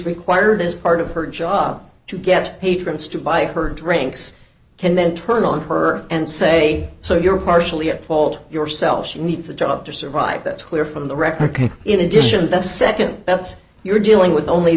required as part of her job to get patrons to buy her drinks and then turn on her and say so you're partially at fault yourself she needs a job to survive that's clear from the record in addition the nd that's you're dealing with only